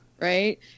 right